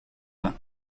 vain